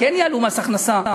כן יעלו מס הכנסה,